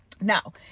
Now